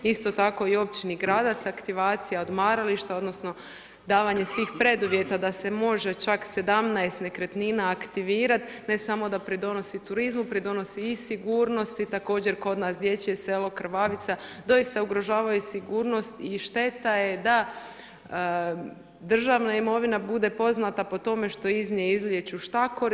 Isto tako općini Gradac, aktivacija odmarališta, odnosno, davanje svih preduvjeta, da se može čak 17 nekretnina aktivirati, ne samo da pridonosi turizmu, pridonosi i sigurnosti, također, kod nas, dječje selo Krvavica, doista ugrožavaju sigurnosti i šteta je da državna imovina bude poznata po tome što iz nje izlijeću štakori.